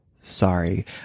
sorry